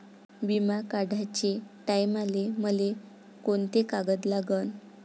बिमा काढाचे टायमाले मले कोंते कागद लागन?